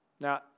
Now